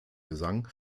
gesang